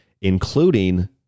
including